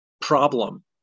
problem